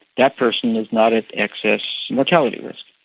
that person is not at excess mortality risk,